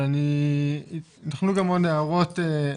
יתכנו גם עוד הערות,